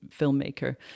filmmaker